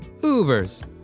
Ubers